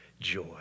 joy